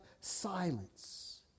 silence